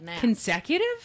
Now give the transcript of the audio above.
Consecutive